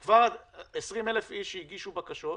20,000 איש שהגישו בקשות,